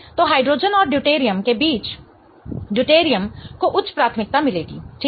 तो हाइड्रोजन और ड्यूटेरियम के बीच ड्यूटेरियम को उच्च प्राथमिकता मिलेगी ठीक है